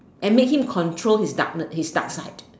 and make him control his darkness his dark side